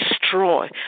destroy